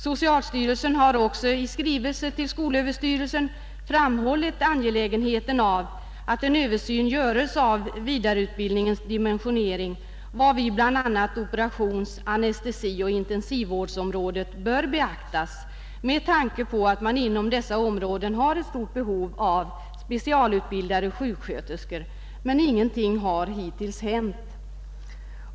Socialstyrelsen har även i skrivelse till skolöverstyrelsen framhållit angelägenheten av att en översyn göres av vidareutbildningens dimensionering, varvid bl.a. operations-, anestesioch intensivvårdsområdet bör beaktas med tanke på att man inom dessa områden har ett stort behov av specialutbildade sjuksköterskor. Ingenting har emellertid hittills hänt.